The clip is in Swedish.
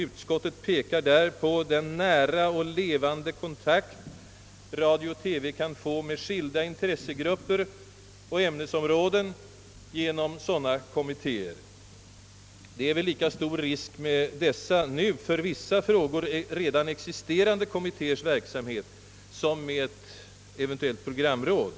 Utskottet pekar därvidlag på »den nära och levande kontakt radio och TV kan få med skilda intressegrupper och ämnesområden genom sådana kommittéer». Det borde väl föreligga lika stor risk med dessa redan nu existerande kommittéers verksamhet som med ett eventullt programråd.